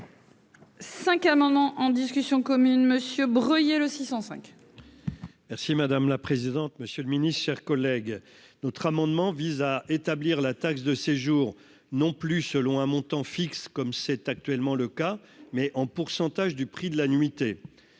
5 amendements en discussion commune Monsieur Breuiller le 605. Merci madame la présidente, monsieur le Ministre, chers collègues, notre amendement vise à établir la taxe de séjour non plus selon un montant fixe comme c'est actuellement le cas, mais en pourcentage du prix de la nuitée